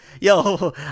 Yo